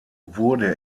wurde